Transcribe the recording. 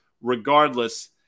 Regardless